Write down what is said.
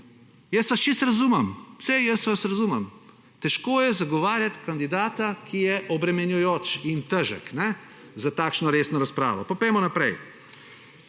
Jaz vas čisto razumem, saj jaz vas razumem, težko je zagovarjati kandidata, ki je obremenjujoč in težek za takšno resno razpravo. Pa pojdimo naprej.